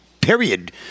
period